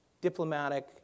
diplomatic